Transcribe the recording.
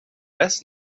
best